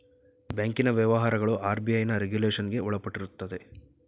ಬ್ಯಾಂಕಿನ ವ್ಯವಹಾರಗಳು ಆರ್.ಬಿ.ಐನ ರೆಗುಲೇಷನ್ಗೆ ಒಳಪಟ್ಟಿರುತ್ತದೆ